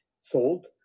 sold